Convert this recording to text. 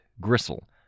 gristle